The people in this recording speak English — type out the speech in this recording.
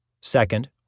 second